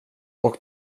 och